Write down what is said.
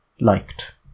liked